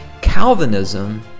Calvinism